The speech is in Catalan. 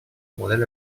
model